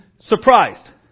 Surprised